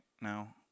now